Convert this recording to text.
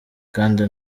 kandi